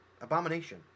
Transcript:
Abomination